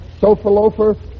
sofa-loafer